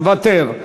מוותר.